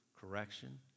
correction